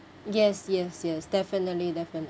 yes yes yes definitely definite